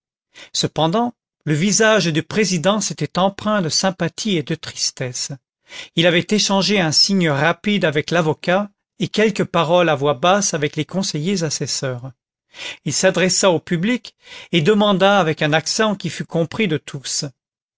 cependant le visage du président s'était empreint de sympathie et de tristesse il avait échangé un signe rapide avec l'avocat et quelques paroles à voix basse avec les conseillers assesseurs il s'adressa au public et demanda avec un accent qui fut compris de tous